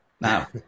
Now